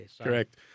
Correct